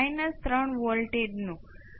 force response શું છે